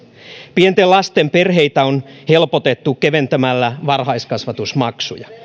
pienten lasten perheitä on helpotettu keventämällä varhaiskasvatusmaksuja